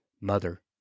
Mother